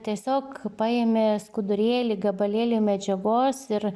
tiesiog paimi skudurėlį gabalėlį medžiagos ir